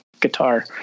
guitar